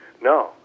No